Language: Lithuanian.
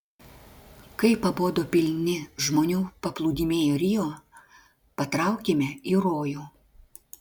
kai pabodo pilni žmonių paplūdimiai rio patraukėme į rojų